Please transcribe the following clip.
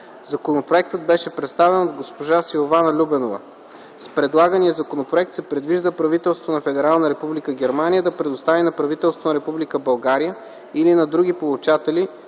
Законопроектът беше представен от госпожа Силвана Любенова. С предлагания законопроект се предвижда правителството на Федерална република Германия да предостави на правителството на Република България или на други получатели,